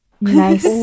Nice